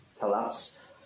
collapse